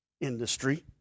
industry